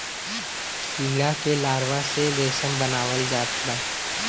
कीड़ा के लार्वा से रेशम बनावल जात बा